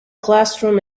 classroom